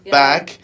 back